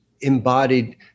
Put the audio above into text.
embodied